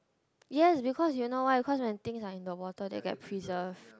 yes because you know why because when things are in the water they get preserved